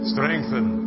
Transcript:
Strengthen